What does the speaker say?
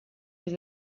els